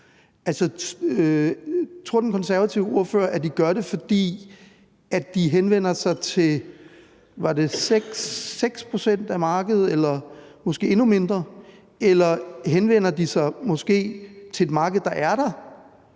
Altså, tror den konservative ordfører, at de gør det, fordi de henvender sig til 6 pct. af markedet eller måske endnu mindre? Eller henvender de sig måske til et marked, der er der?